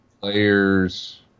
players